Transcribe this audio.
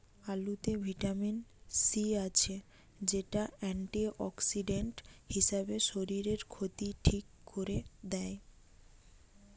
আলুতে vitamin C আছে, যেটা অ্যান্টিঅক্সিডেন্ট হিসাবে শরীরের ক্ষতি ঠিক কোরে দেয়